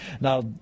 Now